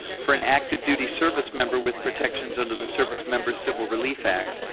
for an active-duty servicemember with protections under the servicemembers civil relief act,